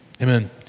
Amen